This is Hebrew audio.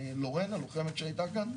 לורן, הלוחמת שהייתה כאן?